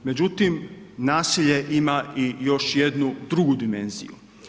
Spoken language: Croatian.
Međutim, nasilje ima i još jednu drugu dimenziju.